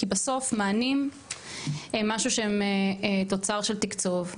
כי בסוף מענים הם תוצר של תקצוב.